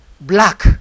black